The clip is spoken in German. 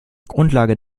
grundlage